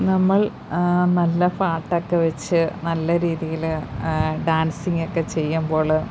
നമ്മൾ നല്ല പാട്ടൊക്കെ വെച്ച് നല്ലരീതിയില് ഡാൻസിങ്ങ് ഒക്കെ ചെയ്യുമ്പോള്